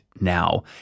now